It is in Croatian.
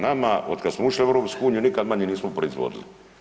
Nama od kada smo ušli u EU nikad manje nismo proizvodili.